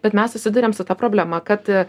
bet mes susiduriam su ta problema kad